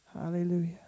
Hallelujah